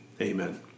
Amen